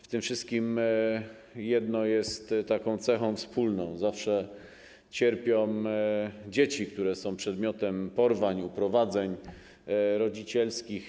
W tym wszystkim jedno jest cechą wspólną: zawsze cierpią dzieci, które są przedmiotem porwań, uprowadzeń rodzicielskich.